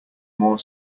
more